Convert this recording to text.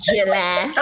July